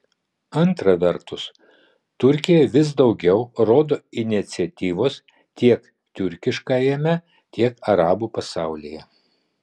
antra vertus turkija vis daugiau rodo iniciatyvos tiek tiurkiškajame tiek arabų pasaulyje